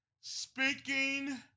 Speaking